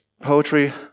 Poetry